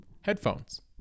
Headphones